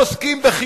על מפקד